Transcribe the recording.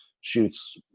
shoots